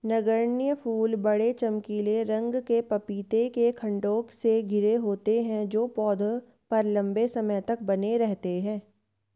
नगण्य फूल बड़े, चमकीले रंग के पपीते के खण्डों से घिरे होते हैं जो पौधे पर लंबे समय तक बने रहते हैं